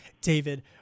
David